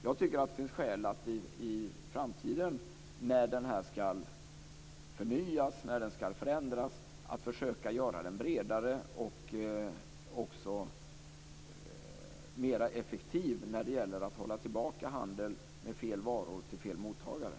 Jag tycker att det finns skäl att i framtiden när uppförandekoden ska förnyas och förändras försöka att göra den bredare och också mer effektiv när det gäller att hålla tillbaka handel med fel varor till fel mottagare.